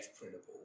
printable